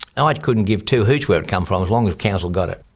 ah i couldn't give two hoots where it come from, as long as council got it.